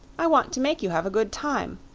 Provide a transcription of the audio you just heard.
i want to make you have a good time.